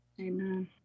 Amen